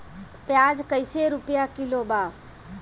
प्याज कइसे रुपया किलो बा?